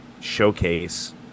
showcase